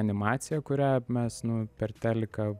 animacija kurią mes nu per teliką